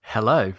Hello